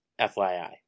FYI